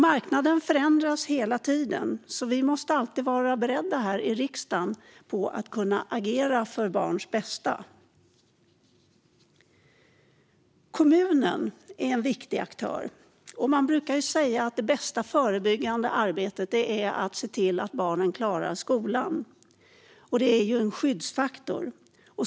Marknaden förändras hela tiden, så vi här i riksdagen måste alltid vara beredda att agera för barns bästa. Kommunen är en viktig aktör. Man brukar säga att det bästa förebyggande arbetet är att se till att barnen klarar skolan. Det är en skyddsfaktor.